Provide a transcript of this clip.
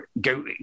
go